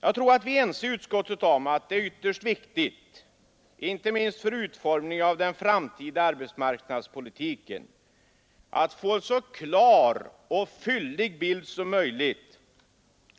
Jag tror att vi i utskottet är ense om att det är ytterst viktigt, inte minst för utformningen av den framtida arbetsmarknadspolitiken, att få en så klar och fyllig bild som möjligt